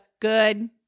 Good